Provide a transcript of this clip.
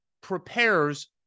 prepares